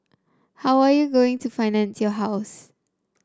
how are you going to finance your house